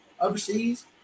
overseas